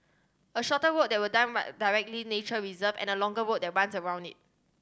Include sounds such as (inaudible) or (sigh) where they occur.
a shorter route that will (unintelligible) directly nature reserve and a longer route that runs around it